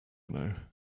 know